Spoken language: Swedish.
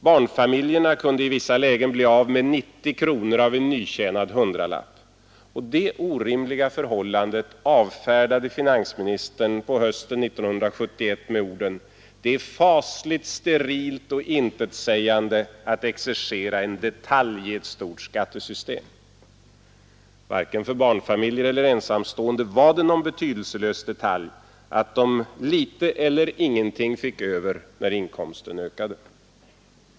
Barnfamiljerna kunde i vissa lägen bli av med 90 kronor av en nytjänad hundralapp Detta orimliga förhållande avfärdade finansministern hösten 1971 med orden: ”Det är fasligt sterilt och intetsägande att exercera en detalj i ett stort skattesystem.” Varken för barnfamiljer eller för ensamstående var det någon betydelselös detalj att de litet eller ingenting fick över när inkomsten ökade.